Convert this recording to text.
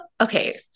okay